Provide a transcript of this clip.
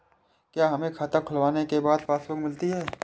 क्या हमें खाता खुलवाने के बाद पासबुक मिलती है?